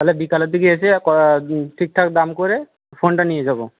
তাহলে বিকালের দিকে এসে ক ঠিকঠাক দাম করে ফোনটা নিয়ে যাবো